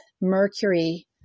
Mercury